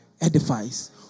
edifies